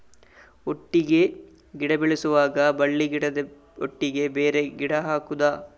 ಒಟ್ಟಿಗೆ ಗಿಡ ಬೆಳೆಸುವಾಗ ಬಳ್ಳಿ ಗಿಡದ ಒಟ್ಟಿಗೆ ಬೇರೆ ಗಿಡ ಹಾಕುದ?